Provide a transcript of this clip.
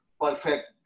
perfect